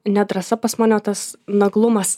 ne drąsa pas mane o tas naglumas